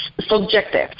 subjective